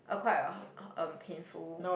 uh quite a um painful